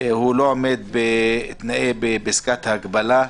הוא לא עומד בפסקת ההגבלה.